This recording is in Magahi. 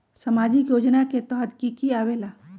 समाजिक योजना के तहद कि की आवे ला?